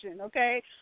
okay